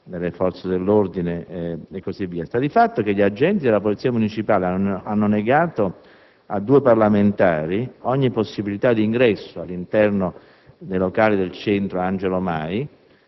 delle forze dell'ordine. Sta di fatto che gli agenti della Polizia municipale hanno negato a due parlamentari ogni possibilità di ingresso all'interno dei locali del Centro sociale Angelo Mai.